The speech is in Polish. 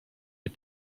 nie